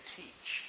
teach